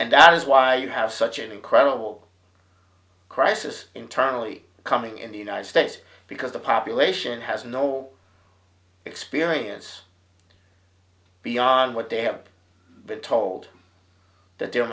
and that is why you have such an incredible crisis internally coming in the united states because the population has no experience beyond what they have been told that their